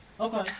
Okay